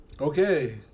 Okay